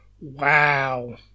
wow